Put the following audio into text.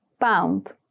Pound